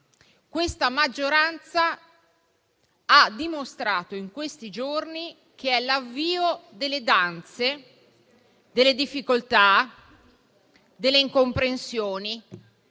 Questa maggioranza ha dimostrato che in questi giorni c'è stato l'avvio delle danze, delle difficoltà, delle incomprensioni